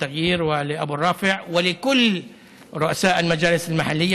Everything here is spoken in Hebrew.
להלן תרגומם: מזל טוב לאחמד דראוושה,